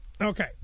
Okay